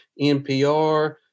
NPR